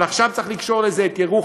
אבל עכשיו צריך לקשור לזה את ירוחם,